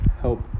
help